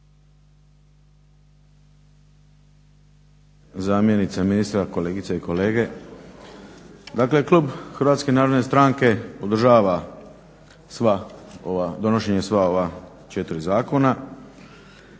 zamjenice ministra, kolegice i kolege. Dakle klub HNS-a podržava donošenje sva ova 4 zakona.